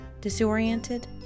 disoriented